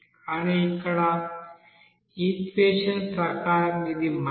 కానీ ఇక్కడ ఈక్వెషన్ ప్రకారం ఇది మైనస్